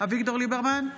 אביגדור ליברמן,